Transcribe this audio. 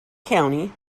county